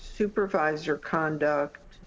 supervisor conduct